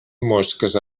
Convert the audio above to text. mosques